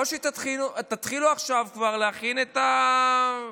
או שתתחילו עכשיו כבר להכין את הסכינים,